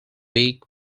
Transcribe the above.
big